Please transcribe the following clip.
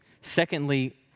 Secondly